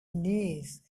knees